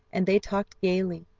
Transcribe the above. and they talked gaily,